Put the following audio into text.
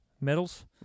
medals